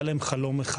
לכול אלו היה חלום אחד: